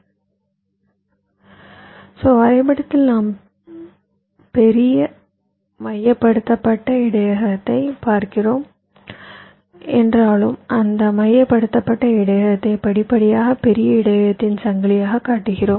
எனவே இந்த வரைபடத்தில் நாம் பெரிய மையப்படுத்தப்பட்ட இடையகத்தைப் பார்க்கிறோம் என்றாலும் அந்த மையப்படுத்தப்பட்ட இடையகத்தை படிப்படியாக பெரிய இடையகத்தின் சங்கிலியாகக் காட்டுகிறோம்